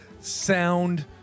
sound